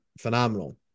phenomenal